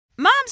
moms